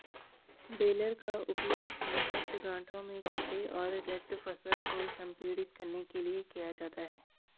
baler का उपयोग compact गांठों में कटे और रेक्ड फसल को संपीड़ित करने के लिए किया जाता है